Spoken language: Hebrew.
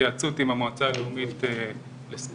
בהתייעצות עם המועצה הלאומית לספורט,